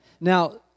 Now